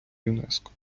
юнеско